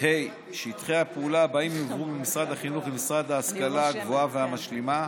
שטחי הפעולה הבאים יועברו ממשרד החינוך למשרד ההשכלה הגבוהה והמשלימה: